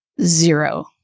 zero